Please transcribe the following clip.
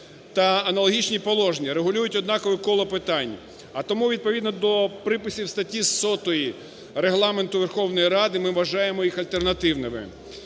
та аналогічні положення, регулюють однакове коло питань. А тому відповідно до приписів статті 100 Регламенту Верховної Ради ми вважаємо їх альтернативними.